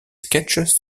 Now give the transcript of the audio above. sketches